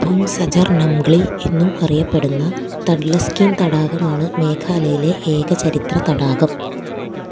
പുങ് സജർ നംഗ്ലി എന്നും അറിയപ്പെടുന്ന തഡ്ലസ്കീൻ തടാകമാണ് മേഘാലയയിലെ ഏക ചരിത്ര തടാകം